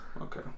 Okay